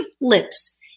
lips